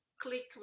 click